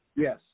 Yes